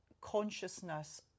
consciousness